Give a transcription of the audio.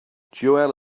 joel